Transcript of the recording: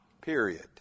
period